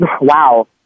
wow